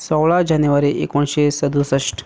सोळा जानेवारी एकुणशें सदुसश्ट